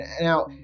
Now